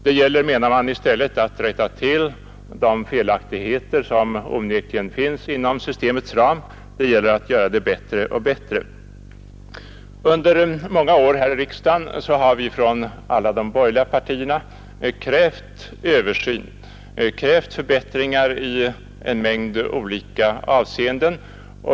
Det gäller bara, menar man, att rätta till de felaktigheter som onekligen finns inom systemets ram; det gäller att göra det bättre och bättre. Under många år har de borgerliga partierna här i riksdagen krävt en översyn och krävt förbättringar i en mängd avseenden.